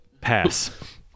pass